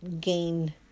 gain